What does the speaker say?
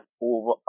over